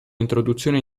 introduzione